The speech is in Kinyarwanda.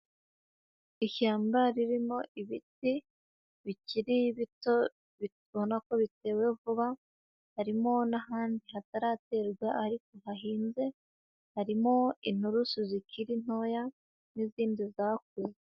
Ishyamba ririmo ibiti bikiri bito bito ubona ko bitewe vuba, harimo n'ahandi hataraterwa ariko hahinze, harimo inturusu zikiri ntoya n'izindi zakuze.